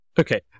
Okay